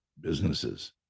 businesses